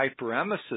hyperemesis